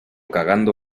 cagando